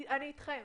אני אתכם.